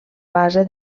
base